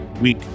week